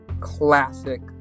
classic